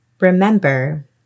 Remember